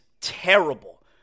terrible